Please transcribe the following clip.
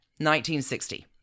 1960